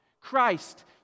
Christ